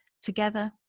Together